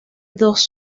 dos